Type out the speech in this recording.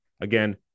Again